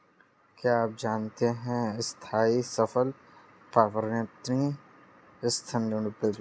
क्या आप जानते है स्थायी फसल पर्यावरणीय सिद्धान्तों को ध्यान में रखकर की जाती है?